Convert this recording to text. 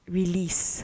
release